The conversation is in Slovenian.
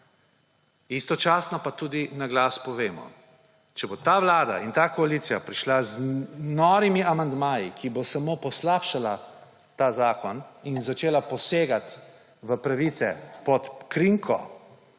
istočasno pa tudi na glas povemo, če bo ta vlada in ta koalicija prišla z norimi amandmaji, ki bodo samo poslabšali ta zakon, in začela posegati v pravice pod krinko,